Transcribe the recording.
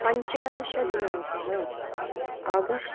पञ्चादशदिनाङ्कः August